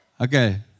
Okay